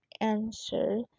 answer